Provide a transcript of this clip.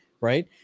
right